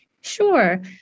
Sure